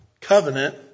covenant